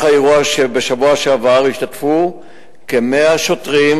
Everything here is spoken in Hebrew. האירוע בשבוע שעבר השתתפו כ-100 שוטרים,